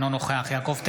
אינו נוכח יעקב טסלר,